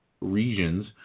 regions